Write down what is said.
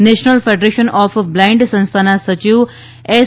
national federation of blind સંસ્થાના સચિવ S